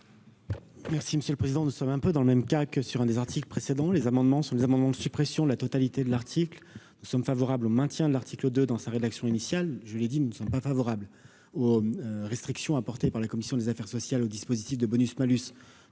monsieur le président de sommes un peu dans le même cas que sur un des articles précédents les amendements sur nos amendements de suppression de la totalité de l'article, nous sommes favorables au maintien de l'article de dans sa rédaction initiale, je l'ai dit, nous ne sommes pas favorables aux restrictions apportées par la commission des affaires sociales au dispositif de bonus-malus